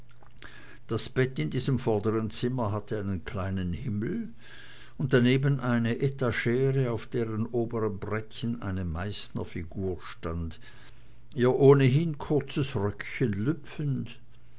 das bett in diesem vorderen zimmer hatte einen kleinen himmel und daneben eine etagere auf deren oberem brettchen eine meißner figur stand ihr ohnehin kurzes röckchen lüpfend